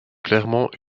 clairement